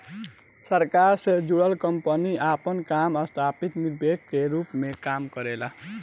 सरकार से जुड़ल कंपनी आपन काम संस्थागत निवेशक के रूप में काम करेला